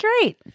great